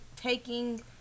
taking